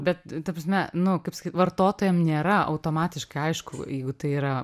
bet ta prasme nu kaip pasakyt vartotojam nėra automatiškai aišku jeigu tai yra